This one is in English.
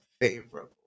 favorable